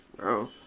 Bro